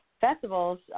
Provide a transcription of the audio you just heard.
festivals